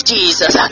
Jesus